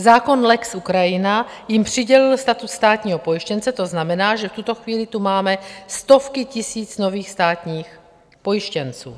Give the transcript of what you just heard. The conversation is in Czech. Zákon lex Ukrajina jim přidělil status státního pojištěnce, to znamená, že v tuto chvíli tu máme stovky tisíc nových státních pojištěnců.